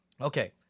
okay